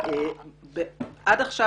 עד עכשיו,